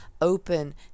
open